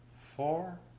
four